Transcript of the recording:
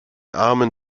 armen